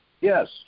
Yes